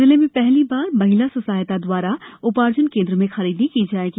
जिले में पहली बार महिला स्व सहायता द्वारा उपार्जन केन्द्र में खरीदी की जाएगी